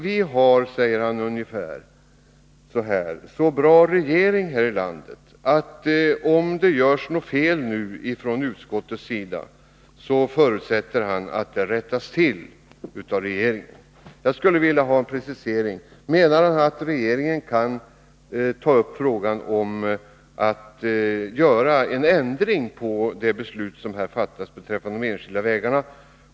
Vi har, säger han ungefär, en så bra regering här i landet att han förutsätter att om det görs något fel från utskottets sida skall det rättas till av regeringen. Jag skulle vilja ha en precisering: Menar Kurt Hugosson att regeringen kan ta upp frågan om att göra en ändring av det beslut som här fattas beträffande de enskilda vägarna?